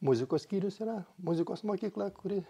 muzikos skyrius yra muzikos mokykla kuri